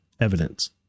evidence